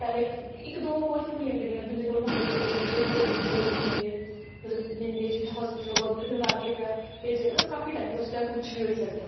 पैह्ले इक इक दो कोल ही होनियां गड्डियां जिंदे कोल होगियां जंदे फिर उ'नेंगी बसोहली लेई जंदे मतलब लेंदे जित्थै हास्पिटल होगा उद्धर फिर उ'नें अग्गें भेजग मतलब काफी टाइम होंदा उस टाइम कुछ बी होई सकदा